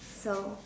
so